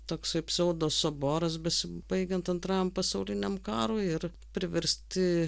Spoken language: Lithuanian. toksai pseudo soboras besibaigiant antram pasauliniam karui ir priversti